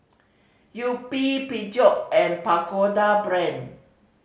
Yupi Peugeot and Pagoda Brand